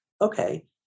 okay